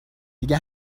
دیگه